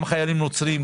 גם חיילים נוצרים,